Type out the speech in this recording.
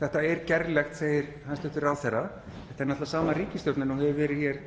Þetta er gerlegt, segir hæstv. ráðherra. Þetta er náttúrlega sama ríkisstjórnin og hefur verið hér